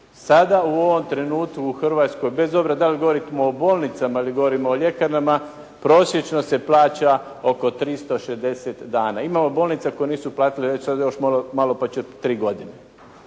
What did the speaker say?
Sada u ovom trenutku u Hrvatskoj bez obzira da li govorimo o bolnicama ili govorimo o ljekarnama, prosječno se plaća oko 360 dana. Imamo bolnica koje nisu platile, evo sada će još malo pa će tri godine